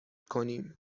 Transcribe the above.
کنیم